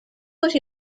put